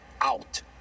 out